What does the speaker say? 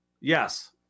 Yes